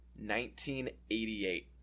1988